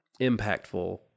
impactful